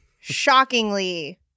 shockingly